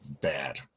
bad